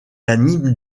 anime